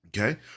Okay